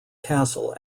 castle